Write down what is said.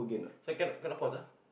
second gonna pause ah